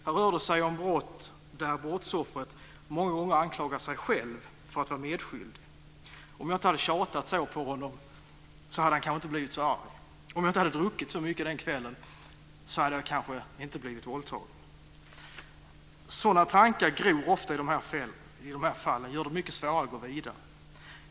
Här rör det sig om brott där brottsoffret många gånger anklagar sig själv för att vara medskyldig. Om jag inte hade tjatat så på honom hade han kanske inte blivit så arg. Om jag inte hade druckit så mycket den kvällen hade jag kanske inte blivit våldtagen. Sådana tankar gror ofta i de här fallen och gör det mycket svårare att gå vidare.